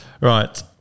Right